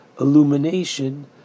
illumination